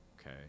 okay